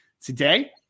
today